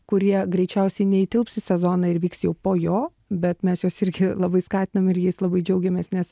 kurie greičiausiai neįtilps į sezoną ir vyks jau po jo bet mes juos irgi labai skatinam ir jais labai džiaugiamės nes